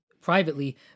privately